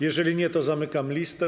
Jeżeli nie, to zamykam listę.